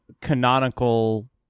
canonical